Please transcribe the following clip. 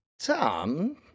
Tom